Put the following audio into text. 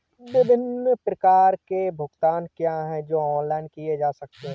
विभिन्न प्रकार के भुगतान क्या हैं जो ऑनलाइन किए जा सकते हैं?